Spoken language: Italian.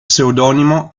pseudonimo